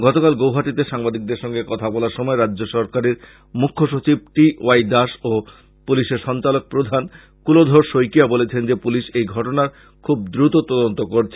গতকাল গুয়াহাটিতে সাংবাদিকদের সঙ্গে কথা প্রসঙ্গে রাজ্যসরকারের মুখ্যসচিব টি ওয়াই দাস ও পুলিশের সঞ্চালক প্রধান কুলধর শইকীয়া বলেছেন যে পুলিশ এই ঘটনার খুব দুত তদন্ত করছে